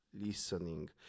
listening